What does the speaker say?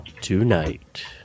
tonight